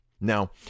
Now